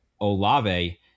Olave –